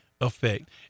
effect